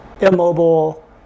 immobile